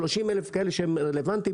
30 אלף כאלה שהם רלבנטיים,